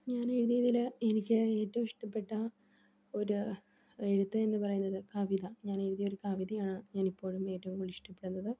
ഞാൻ എഴുതിയതില് എനിക്ക് ഏറ്റവും ഇഷ്ടപ്പെട്ട ഒരു എഴുത്ത് എന്ന് പറയുന്നത് കവിത ഞാൻ എഴുതിയ ഒരു കവിതയാണ് ഞാാനിപ്പോഴും ഏറ്റവും കൂടുതൽ ഇഷ്ടപ്പെടുന്നത്